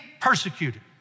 persecuted